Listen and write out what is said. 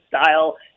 style